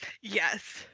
Yes